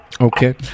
Okay